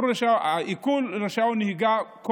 עיקול רישיון נהיגה פוגע,